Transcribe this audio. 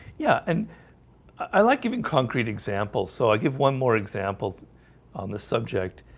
yeah, and i like giving concrete examples so i give one more example on the subject